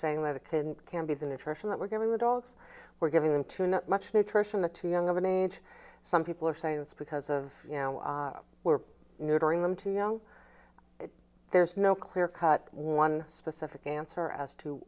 saying that a tin can be the nutrition that we're giving the dogs we're giving them too not much nutrition the too young of an age some people are saying it's because of you know we're neutering them too young there's no clear cut one specific answer as to